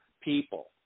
people